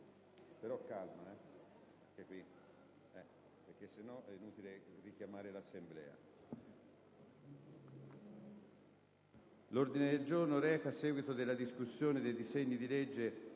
L'ordine del giorno reca il seguito della discussione dei disegni di legge